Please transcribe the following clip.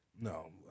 No